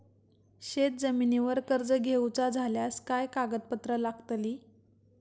शेत जमिनीवर कर्ज घेऊचा झाल्यास काय कागदपत्र लागतली?